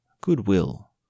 goodwill